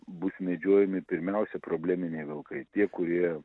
bus medžiojami pirmiausia probleminiai vilkai tie kurie